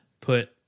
put